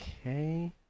Okay